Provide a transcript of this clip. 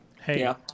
hey